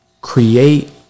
create